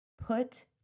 put